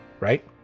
Right